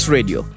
Radio